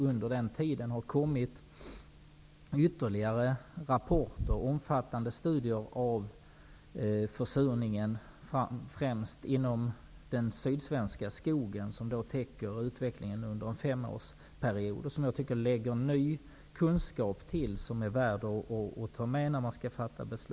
under den tiden har det kommit ytterligare rapporter och omfattande studier om försurningen. det gäller främst inom den sydsvenska skogen och täcker utvecklingen under en femårsperiod. här finns ny kunskap som är värd att ta med vid beslutsfattandet.